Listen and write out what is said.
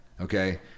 okay